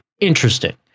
interesting